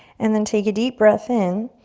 and then take a deep breath in,